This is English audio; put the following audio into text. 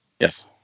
Yes